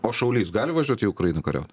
o šaulys gali važiuot į ukrainą kariaut